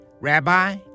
Rabbi